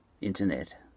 internet